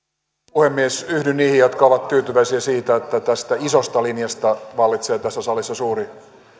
puhemies yhdyn niihin jotka ovat tyytyväisiä siihen että tästä isosta linjasta vallitsee tässä salissa suuri